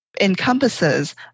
Encompasses